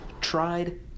Tried